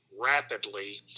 rapidly